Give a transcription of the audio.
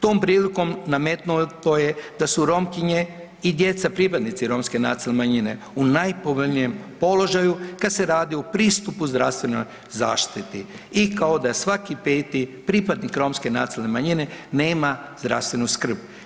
Tom prilikom nametnuto je da su Romkinje i djeca pripadnici romske nacionalne manjine u najpovoljnijem položaju kad se radi o pristupu zdravstvenoj zaštiti i kao da svaki peti pripadnik romske nacionalne manjine nema zdravstvenu skrb.